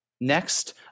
Next